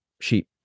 sheep